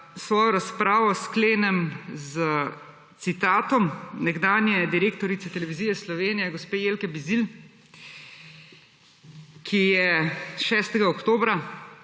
svojo razpravo sklenem s citatom nekdanje direktorice Televizije Slovenija gospe Jelke Bizilj, ki je 6. oktobra